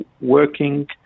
working